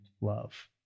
love